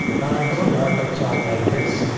now i don't want a chart like this.